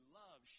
love